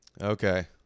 Okay